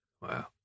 Wow